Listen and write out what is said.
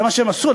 זה מה שהם עשו,